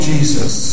Jesus